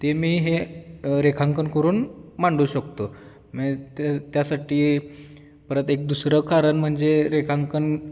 ते मी हे रेखांकन करून मांडू शकतो मग त्या त्यासाठी परत एक दुसरं कारण म्हणजे रेखांकन